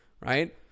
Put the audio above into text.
right